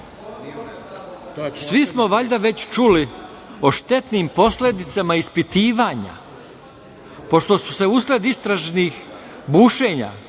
smo valjda već čuli o štetnim posledicama ispitivanja, pošto su se usled istražnih bušenja,